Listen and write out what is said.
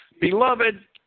Beloved